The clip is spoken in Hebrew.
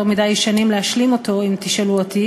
בקריאה שנייה ובקריאה שלישית,